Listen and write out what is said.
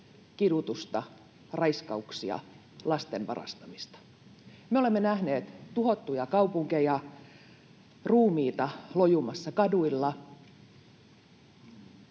kidutusta, raiskauksia, lasten varastamista. Me olemme nähneet tuhottuja kaupunkeja, ruumiita lojumassa kaduilla,